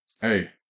Hey